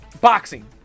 boxing